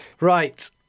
right